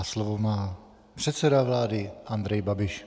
A slovo má předseda vlády Andrej Babiš.